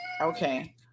okay